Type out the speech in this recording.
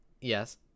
Yes